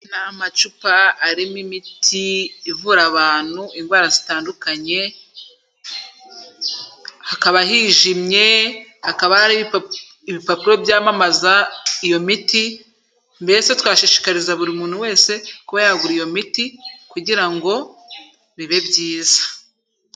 Amacupa arimo imiti ivura abantu indwara zitandukanye, hakaba hijimye, hakaba hariho ibipapuro byamamaza iyo miti, mbese twashishikariza buri muntu wese kuba yagura iyo miti kugira ngo bibe byiza.